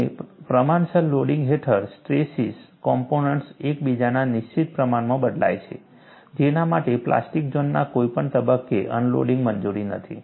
અને પ્રમાણસર લોડિંગ હેઠળ સ્ટ્રેસીસ કોમ્પોનન્ટ્સ એક બીજાના નિશ્ચિત પ્રમાણમાં બદલાય છે જેના માટે પ્લાસ્ટિક ઝોનના કોઈપણ તબક્કે અનલોડિંગની મંજૂરી નથી